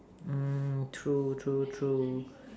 mm true true true